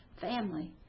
family